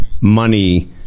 money